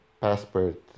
passport